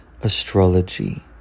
astrology